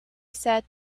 sat